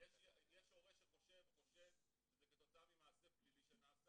יש הורה שחושב שזה כתוצאה ממעשה פלילי שנעשה